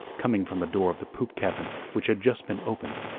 coming from the door of the poop cabin which had just been opened.